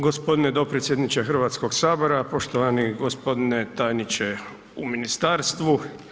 Gospodine dopredsjedniče Hrvatskoga sabora, poštovani gospodine tajniče u ministarstvu.